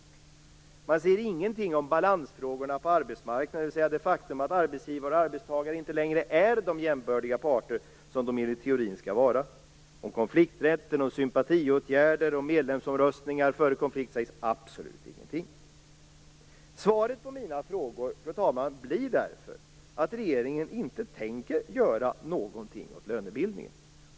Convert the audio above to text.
Man säger ingenting om balansfrågorna på arbetsmarknaden, dvs. det faktum att arbetsgivare och arbetstagare inte längre är de jämbördiga parter som de enligt teorin skall vara. Om konflikträtten, sympatiåtgärder och medlemsomröstningar före konflikt sägs absolut ingenting. Svaret på mina frågor, fru talman, blir därför att regeringen inte tänker göra någonting åt lönebildningen.